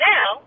Now